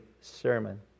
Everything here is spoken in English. sermon